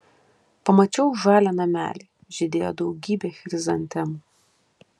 pamačiau žalią namelį žydėjo daugybė chrizantemų